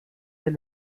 the